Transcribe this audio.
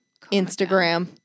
Instagram